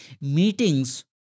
meetings